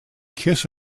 kiss